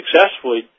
successfully